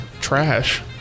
trash